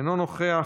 אינו נוכח,